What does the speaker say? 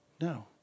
no